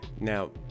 now